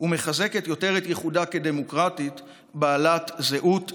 ומחזקת יותר את ייחודה כדמוקרטית בעלת זהות יהודית?